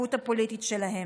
במעורבות הפוליטית שלהם.